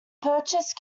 purchase